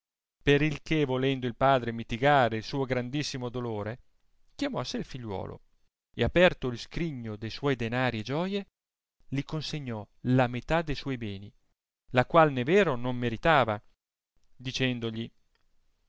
per il che volendo il padre mitigare il suo grandissimo dolore chiamò a sé il figliuolo e aperto il sfrigno de suoi danari e gioie li consegnò la metà de suoi beni la qual nel vero non meritava dicendogli